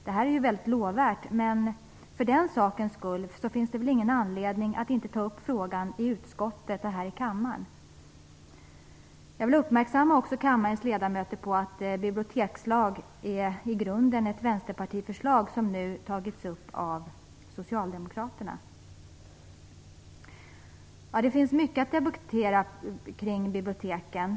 Det är lovvärt, men för den skull finns det väl ingen anledning att inte ta upp frågan i utskottet och här i kammaren. Jag vill även göra kammarens ledamöter uppmärksamma på att det här med en bibliotekslag i grunden är ett förslag från Vänsterpartiet som nu tagits upp av Socialdemokraterna. Det finns mycket att debattera om när det gäller biblioteken.